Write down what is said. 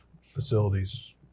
facilities